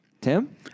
Tim